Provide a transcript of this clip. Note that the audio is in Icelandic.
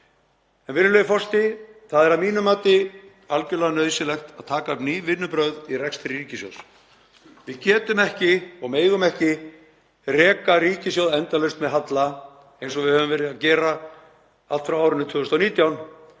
kr. Virðulegur forseti. Það er að mínu mati algjörlega nauðsynlegt að taka upp ný vinnubrögð í rekstri ríkissjóðs. Við getum ekki og megum ekki reka ríkissjóð endalaust með halla eins og við höfum verið að gera allt frá árinu 2019.